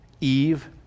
Eve